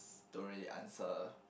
don't really answer